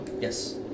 Yes